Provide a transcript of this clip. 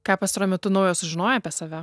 ką pastaruoju metu naujo sužinojai apie save